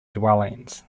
dwellings